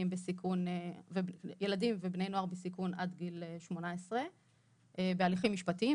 בסיכון עד גיל 18 בהליכים משפטיים,